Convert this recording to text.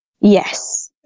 Yes